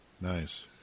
Nice